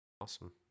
Awesome